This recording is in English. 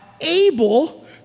able